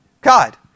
God